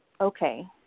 Okay